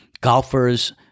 golfers